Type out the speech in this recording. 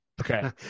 Okay